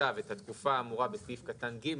בצו את התקופה האמורה בסעיף קטן (ג),